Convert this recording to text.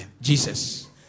Jesus